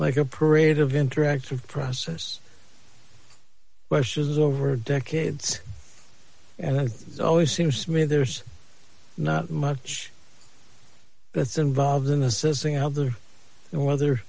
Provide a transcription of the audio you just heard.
like a parade of interactive process rushes over decades and always seems to me there's not much that's involved in assisting other and other